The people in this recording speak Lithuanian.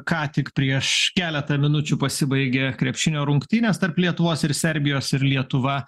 ką tik prieš keletą minučių pasibaigė krepšinio rungtynės tarp lietuvos ir serbijos ir lietuva